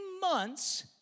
months